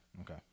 Okay